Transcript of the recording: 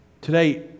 Today